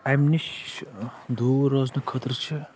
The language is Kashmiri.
اَمہِ نِش دوٗر روزنہٕ خٲطرٕ چھِ